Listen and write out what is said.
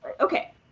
okay